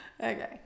Okay